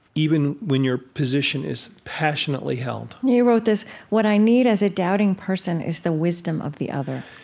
even when your position is passionately held you wrote this what i need as a doubting person is the wisdom of the other.